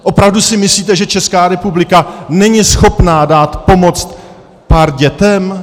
Opravdu si myslíte, že Česká republika není schopna dát pomoc pár dětem?